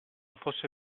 fosse